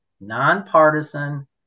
nonpartisan